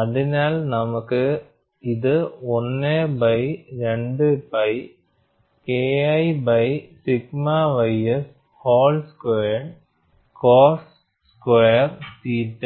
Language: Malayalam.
അതിനാൽ നമുക്ക് ഇത് 1 ബൈ 2 പൈ KI by sigma ys whole squared cos square theta